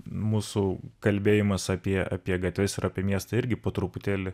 mūsų kalbėjimas apie apie gatves ir apie miestą irgi po truputėlį